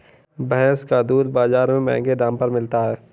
भैंस का दूध बाजार में महँगे दाम पर मिलता है